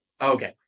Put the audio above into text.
Okay